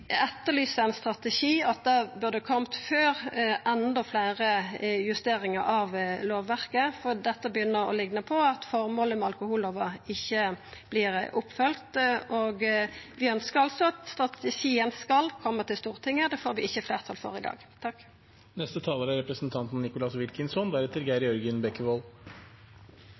etterlyser ein strategi som burde ha kome før enda fleire justeringar av lovverket, for dette begynner å likna på at formålet med alkohollova ikkje vert følgt opp. Vi ønskjer altså at strategien skal koma til Stortinget. Det får vi ikkje fleirtal for i dag.